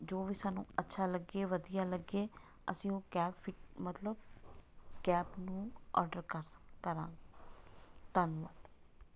ਜੋ ਵੀ ਸਾਨੂੰ ਅੱਛਾ ਲੱਗੇ ਵਧੀਆ ਲੱਗੇ ਅਸੀਂ ਉਹ ਕੈਬ ਫਿ ਮਤਲਬ ਕੈਬ ਨੂੰ ਔਡਰ ਕਰ ਕਰਾਂਗੇ ਧੰਨਵਾਦ